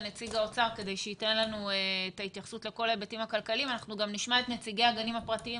אבל אני לא מכירה נתוני הדבקה משמעותיים בגילאי 0 3,